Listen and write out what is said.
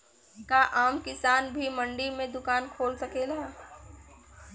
का आम किसान भी मंडी में दुकान खोल सकेला?